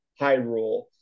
Hyrule